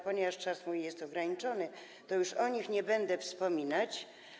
Ponieważ jednak czas mój jest ograniczony, to już o nich nie będę wspominać.